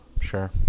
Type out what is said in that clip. Sure